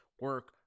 Work